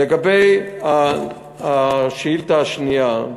לגבי ההצעה לסדר השנייה,